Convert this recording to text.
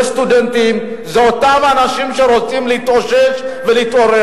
אנחנו מסכימים להצעת חוק ההכנות האולימפיות של חברי הכנסת אלכס מילר,